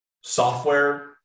software